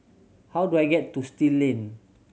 how do I get to Still Lane